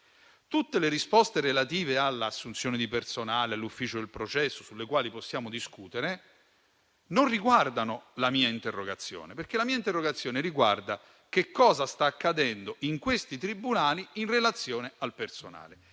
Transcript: Tutte le risposte relative all'assunzione di personale e all'ufficio del processo, sulle quali possiamo discutere, non riguardano la mia interrogazione, che verte invece su che cosa sta accadendo in questi tribunali in relazione al personale.